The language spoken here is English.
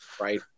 Right